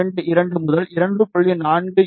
4322 முதல் 2